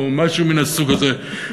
או משהו מן הסוג הזה.